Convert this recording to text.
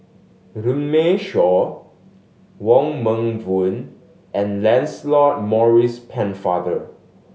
Runme Shaw Wong Meng Voon and Lancelot Maurice Pennefather